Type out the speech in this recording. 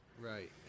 Right